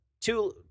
two